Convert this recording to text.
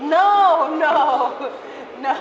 no no no